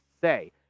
say